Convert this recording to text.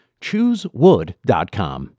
Choosewood.com